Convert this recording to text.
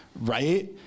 right